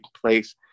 place